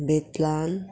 बेतलान